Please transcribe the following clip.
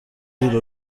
زیر